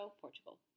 Portugal